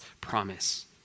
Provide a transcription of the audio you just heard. promise